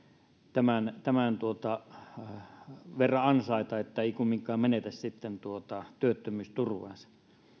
tämän tämän verran sitten ansaita niin että ei kumminkaan menetä sitten työttömyysturvaansa